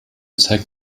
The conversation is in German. zeigt